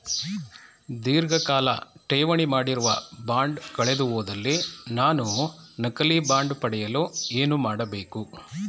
ಧೀರ್ಘಕಾಲ ಠೇವಣಿ ಮಾಡಿರುವ ಬಾಂಡ್ ಕಳೆದುಹೋದಲ್ಲಿ ನಾನು ನಕಲಿ ಬಾಂಡ್ ಪಡೆಯಲು ಏನು ಮಾಡಬೇಕು?